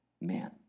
man